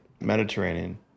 Mediterranean